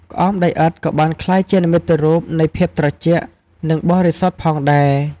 ក្អមដីឥដ្ឋក៏បានក្លាយជានិមិត្តរូបនៃភាពត្រជាក់ និងបរិសុទ្ធផងដែរ។